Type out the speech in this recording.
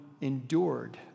endured